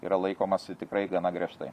yra laikomasi tikrai gana griežtai